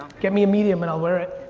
get me a medium and i'll wear it.